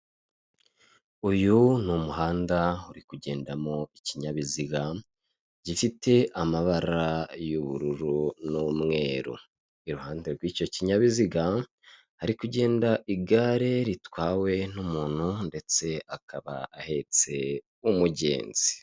Uyu ni umuhanda uri kugendamo ikinyabiziga gifite amabara y' ubururu n' umeru iruhande rw' icyo kinyabiziga hari kugenda igare ritwawe n' umuntu ndetse akaba ahetse n' umugenzi.